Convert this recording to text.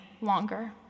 longer